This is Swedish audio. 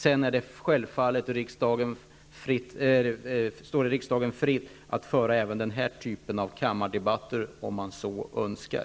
Sedan står det riksdagen fritt att föra även denna typ av kammardebatter, om man så önskar.